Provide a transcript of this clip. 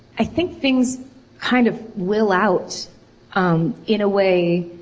i think things kind of will out um in a way,